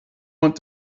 want